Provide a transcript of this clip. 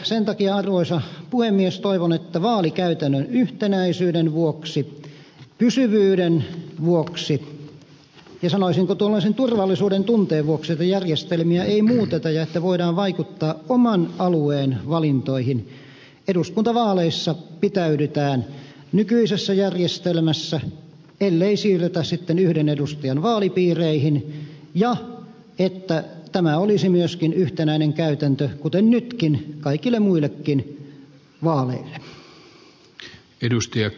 sen takia arvoisa puhemies toivon että vaalikäytännön yhtenäisyyden vuoksi pysyvyyden vuoksi ja sanoisinko tuollaisen turvallisuuden tunteen vuoksi järjestelmiä ei muuteta ja että voidaan vaikuttaa oman alueen valintoihin eduskuntavaaleissa pitäydytään nykyisessä järjestelmässä ellei siirrytä sitten yhden edustajan vaalipiireihin ja että tämä olisi myöskin yhtenäinen käytäntö kuten nytkin kaikille muillekin vaaleille